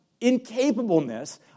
incapableness